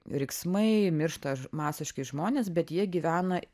riksmai miršta ž masiškai žmonės bet jie gyvena